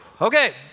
Okay